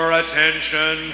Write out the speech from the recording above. attention